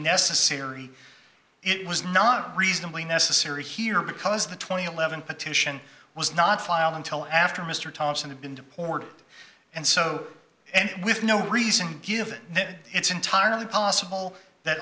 necessary it was not reasonably necessary here because the twenty levon petition was not filed until after mr thomson had been deported and so and with no reason given it's entirely possible that